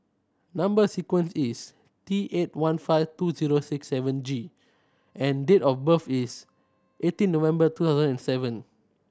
number sequence is T eight one five two zero six seven G and date of birth is eighteen November two thousand and seven